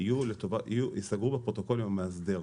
יסגרו בפרוטוקול עם המאסדר.